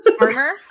Armor